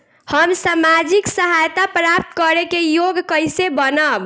हम सामाजिक सहायता प्राप्त करे के योग्य कइसे बनब?